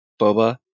boba